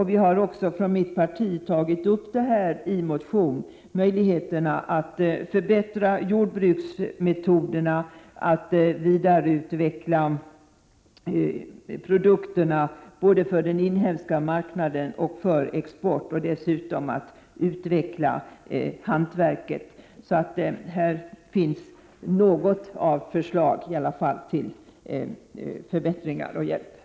Vi har från mitt parti i en motion tagit upp möjligheterna att förbättra jordbruksmetoderna, att vidareutveckla produkterna både för den inhemska marknaden och för export och dessutom att utveckla hantverket. Det finns alltså åtminstone några förslag till hjälp och förbättringar i detta sammanhang.